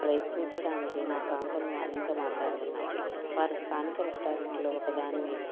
ప్రయత్నించడానికి నా ప్రాంతంలో అనేక మార్గాలు ఉన్నాయి వారు స్థానిక రెస్టారెంట్ లో ఒకదాన్ని